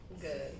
Good